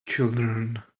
children